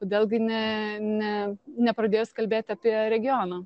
kodėl gi ne ne nepradėjus kalbėt apie regioną